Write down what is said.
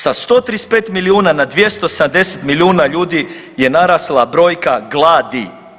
Sa 135 milijuna na 270 milijuna ljudi je narasla brojka gladi.